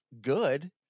good